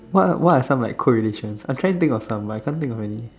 what what are some like correlations I trying think of some but I can't think of any